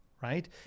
right